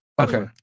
Okay